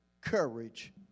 courage